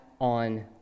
on